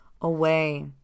away